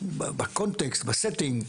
בקונטקסט בסטינג,